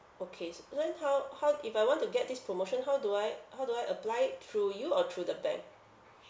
okay uh then how how if I want to get this promotion how do I how do I apply through you or through the bank